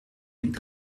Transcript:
niet